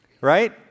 right